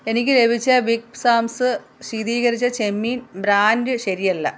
എനിക്ക് ലഭിച്ച big Sam's ശീതീകരിച്ച ചെമ്മീൻ ബ്രാൻഡ് ശരിയല്ല